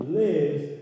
lives